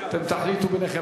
אתם תחליטו ביניכם.